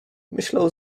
myślał